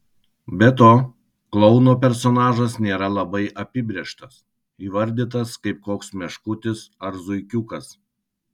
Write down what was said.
be to klouno personažas nėra labai apibrėžtas įvardytas kaip koks meškutis ar zuikiukas